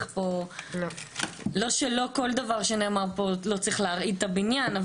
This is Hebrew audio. לא שלא כל דבר שנאמר פה לא צריך להרעיד את הבניין.